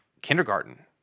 kindergarten